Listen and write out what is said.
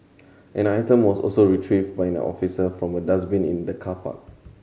an item was also retrieved by an officer from a dustbin in the car park